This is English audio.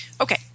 Okay